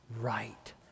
right